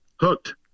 hooked